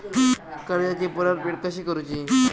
कर्जाची परतफेड कशी करूची?